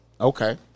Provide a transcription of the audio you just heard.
Okay